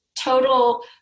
total